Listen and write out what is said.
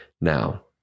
Now